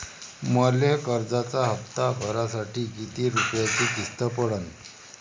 मले कर्जाचा हप्ता भरासाठी किती रूपयाची किस्त पडन?